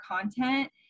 content